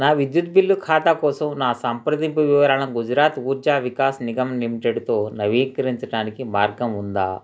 నా విద్యుత్ బిల్లు ఖాతా కోసం నా సంప్రదింపు వివరాలను గుజరాత్ ఉర్జా వికాస్ నిగమ్ లిమిటెడ్తో నవీకరించటానికి మార్గం ఉందా